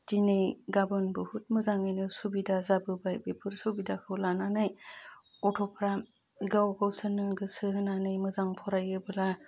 दिनै गाबोन बहुद मोजाङैनो सुबिदा जाबोबाय बेफोर सुबिदाखौ लानानै गथ'फ्रा गाव गावसोरनो गोसो होनानै मोजां फरायोब्ला